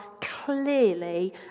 clearly